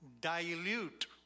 dilute